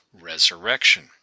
resurrection